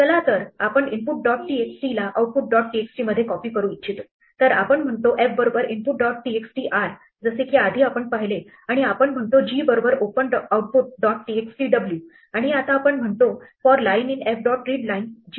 चला तर आपण input dot txt ला output dot txt मध्ये कॉपी करू इच्छितो तर आपण म्हणतो f बरोबर open input dot txt r जसे की आधी आपण पाहिले आणि आपण म्हणतो g बरोबर open output dot txt w आणि आता आपण म्हणतो for line in f dot readlines g dot write line